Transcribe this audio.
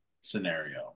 scenario